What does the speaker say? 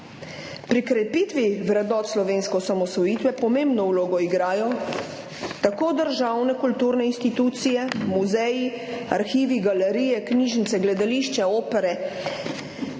Pri krepitvi vrednot slovenske osamosvojitve pomembno vlogo igrajo tako državne kulturne institucije, muzeji, arhivi, galerije, knjižnice, gledališča, opere